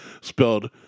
Spelled